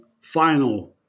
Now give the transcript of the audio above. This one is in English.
final